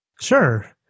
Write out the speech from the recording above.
Sure